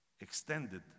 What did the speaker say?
extended